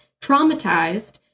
Traumatized